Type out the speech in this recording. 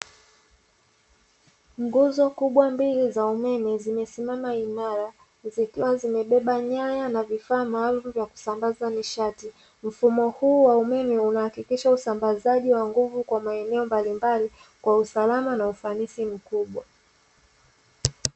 Nguzo kubwa mbili za umeme zimesimama imara zikiwa zimebeba nyaya na vifaa maalumu vya kusambaza nishati, mfumo huu wa umeme unahakikisha usambazaji wa nguvu kwa maeneo mbalimbali kwa usalama na ufanisi mkubwa.